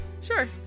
Sure